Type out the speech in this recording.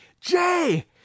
jay